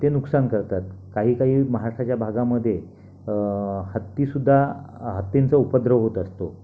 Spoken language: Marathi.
ते नुकसान करतात काही काही महाराष्ट्राच्या भागामध्ये हत्तीसुद्धा हत्तींचा उपद्रव होत असतो